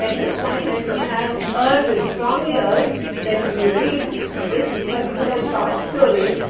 and this point let me now urge, strongly urge that you read this particular short story